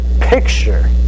picture